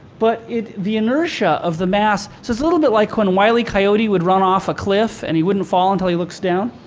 but the inertia of the mass, so it's a little bit like when wile e. coyote would run off a cliff and he wouldn't fall until he looks down.